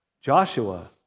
Joshua